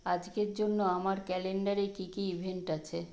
আজকের জন্য আমার ক্যালেন্ডারে কী কী ইভেন্ট আছে